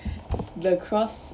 the cross